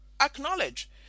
acknowledge